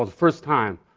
ah first time,